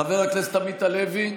חבר הכנסת עמית הלוי,